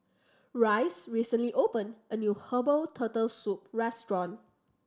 Rhys recently opened a new herbal Turtle Soup restaurant